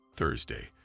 Thursday